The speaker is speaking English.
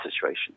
situation